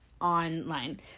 online